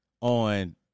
on